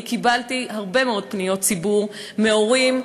אני קיבלתי הרבה מאוד פניות ציבור מהורים.